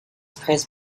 praised